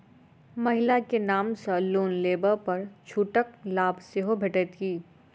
महिला केँ नाम सँ लोन लेबऽ पर छुटक लाभ सेहो भेटत की?